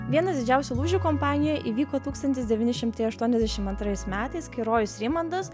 vienas didžiausių lūžių kompanijoj įvyko tūkstantis devyni šimtai aštuoniasdešimt antrais metais kai rojus reimondas